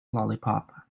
lollipop